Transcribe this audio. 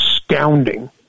astounding